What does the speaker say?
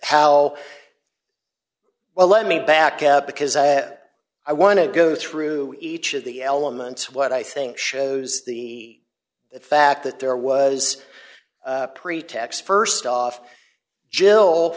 how well let me back up because i want to go through each of the elements what i think shows the fact that there was a pretext st off jill